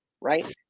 Right